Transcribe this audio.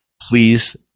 Please